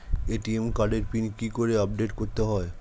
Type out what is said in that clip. ATM কার্ডের PIN কি করে আপডেট করতে হয়?